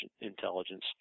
intelligence